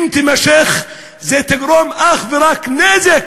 אם תימשך, תגרום אך ורק נזק,